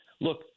Look